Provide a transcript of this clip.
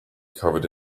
covered